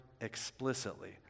explicitly